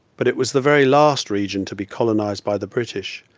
but it was the very last region to be colonized by the british,